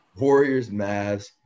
Warriors-Mavs